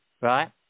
right